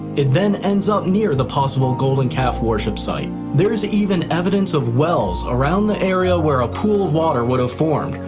it then ends up near the possible golden calf worship site. there's even evidence of wells around the area where a pool of water would have formed,